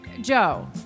Joe